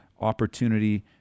opportunity